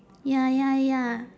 ya ya ya